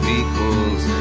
equals